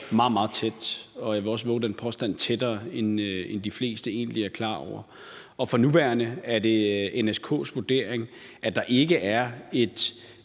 meget, meget tæt, og jeg vil også vove den påstand, at det er tættere, end de fleste egentlig er klar over. For nuværende er det NSK's vurdering, at der ikke er en